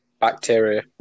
Bacteria